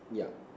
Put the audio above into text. yup